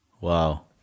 wow